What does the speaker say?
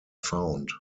found